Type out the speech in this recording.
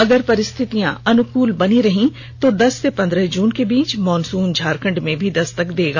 अगर परिस्थियां अनुकूल बनी रही तो दस से पन्द्रह जून के बीच मॉनसून झारखण्ड में भी दस्तक देगा